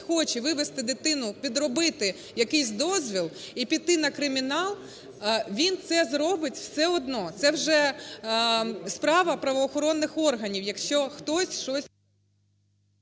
хоче вивести дитину, підробити якийсь дозвіл і піти на кримінал, він це зробить все одно. Це вже справ правоохоронних органів, якщо хтось, щось…